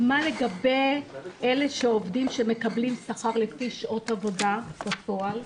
מה לגבי עובדים שמקבלים שכר לפי שעות עבודה בפועל,